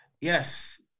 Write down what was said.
Yes